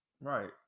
Right